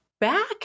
Back